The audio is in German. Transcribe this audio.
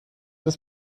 des